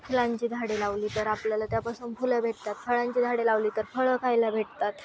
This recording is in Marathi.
फुलांची झाडे लावली तर आपल्याला त्यापासून फुलं भेटतात फळांची झाडे लावली तर फळं खायला भेटतात